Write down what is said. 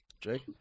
Jake